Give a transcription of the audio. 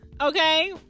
okay